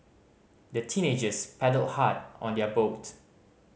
the teenagers paddled hard on their boat